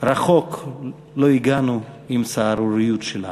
רחוק לא הגענו עם הסהרוריות שלנו.